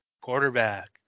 quarterback